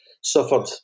suffered